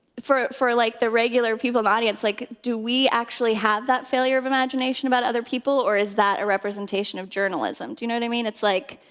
for for like the regular people in the audience, like, do we actually have that failure of imagination about other people, or is that a representation of journalism? do you know what i mean? it's like,